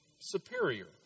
superior